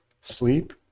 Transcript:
sleep